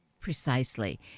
Precisely